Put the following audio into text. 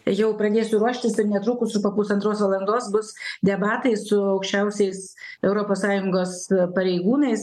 jau pradėsiu ruoštisir netrukus po pusantros valandos bus debatai su aukščiausiais europos sąjungos pareigūnais